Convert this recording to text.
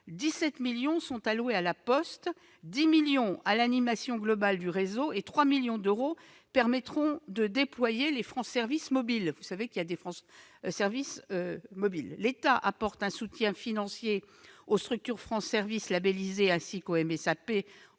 17 millions sont alloués à La Poste, 10 millions à l'animation globale du réseau et 3 millions d'euros permettront le déploiement de structures France services mobiles. L'État apporte un soutien financier aux structures France services labellisées, ainsi qu'aux MSAP